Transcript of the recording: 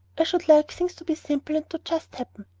i should like things to be simple, and to just happen.